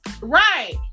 Right